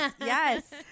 yes